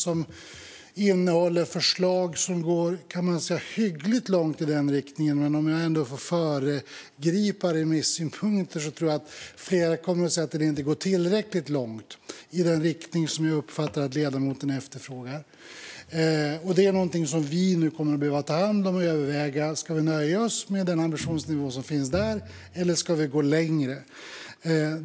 Den innehåller förslag som går hyggligt långt i den riktning som jag uppfattar att ledamoten efterfrågar, men om jag får föregripa remissynpunkterna kan jag säga att jag tror att många kommer att tycka att den inte går tillräckligt långt. Detta kommer vi nu att behöva ta om hand och överväga om vi ska nöja oss med den ambitionsnivå som finns eller om vi ska gå längre.